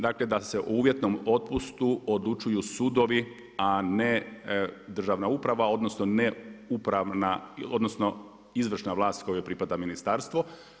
Dakle, da o uvjetnom otpustu odlučuju sudovi, a ne državna uprava, odnosno ne upravna, odnosno izvršna vlast kojoj pripada ministarstvo.